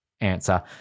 answer